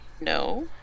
no